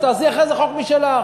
ותעשי אחרי זה חוק משלך.